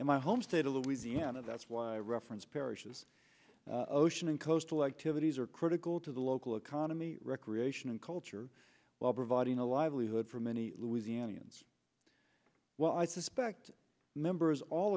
and my home state of louisiana that's why reference parishes ocean and coastal activities are critical to the local economy recreation and culture while providing a livelihood for many louisianians well i suspect members all